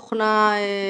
בואו נהיה יושר,